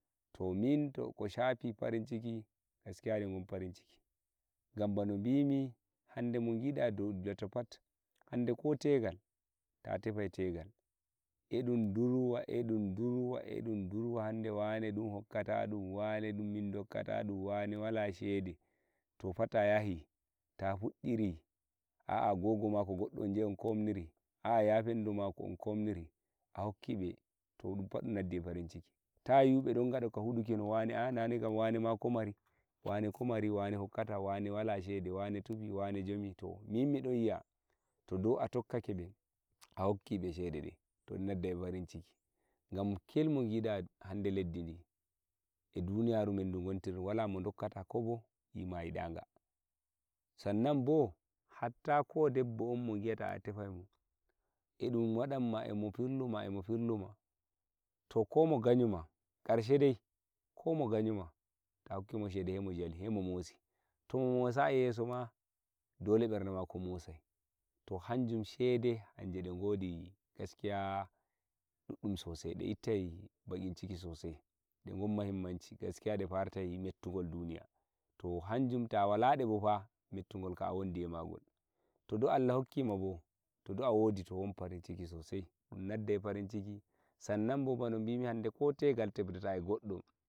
to min ko shafi farinciki gaskiya ɓegon farinciki gam bano bimi hande mo gida dogga ta phat hande ko tegal ta tefai tegal edun dara edun durwa hakkunde dun wane wane min dokkata dun wane mo shede to fa te yahi to fuddiri aa gogo mako goddo on jahi un komniri on a a yafen do mako to unkonniri a hokkiɓe to dunpat dun waddai farinciki ta u ɓe ɗon gaɗi ka hadukibe wanema ko mari wane hokkata wane wala shede wuro shede wane tufi wane jomi to min midon yi a to dai a tokka keɓe ah hokkiɓe shede to ɗe nazzaɓe farinciki kil mogida pat eh leɗdi ɗi eh duniyaru men ɗu kontirden wala mo gokka ta koɓo yima yiɗaga sannan bo hatta ko debo on mogiyata a tefai mo eh mo firluma eh mo firluma to ko mo gaƴoma karshe dai ko mo gaƴoma ta hokkimo shede sai mo jali tomo mosayi yesoma dole berde mako mosai to hanjum shede hanje de godi dadi sosai de ustai bakinciki sossai hanje de gon muhimmanci gaskiya de partai mettugol duniya kam a wanda mako to do o rokkima bo to de a wodi a won farinciki sosai toh tawalaɗe bofa mettugol kam a don wondi eh magol toh dai allah hokkima ɓo a wadai farinciki sossai dum nazzai farinciki sannan ɓo bano bimi ko tegal tepata eh goddo.